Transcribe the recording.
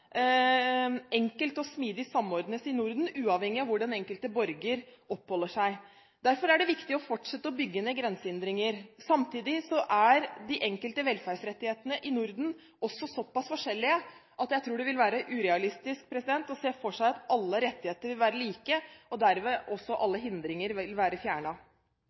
enkelt og smidig samordnes i Norden, uavhengig av hvor den enkelte borger oppholder seg. Derfor er det viktig å fortsette å bygge ned grensehindringer. Samtidig er de enkelte velferdsrettighetene i Norden såpass forskjellige at jeg tror det vil være urealistisk å se for seg at alle rettigheter vil være like, og at derved alle hindringer vil være